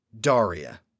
Daria